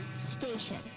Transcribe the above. station